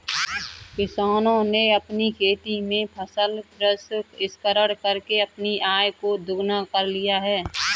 किसानों ने अपनी खेती में फसल प्रसंस्करण करके अपनी आय को दुगना कर लिया है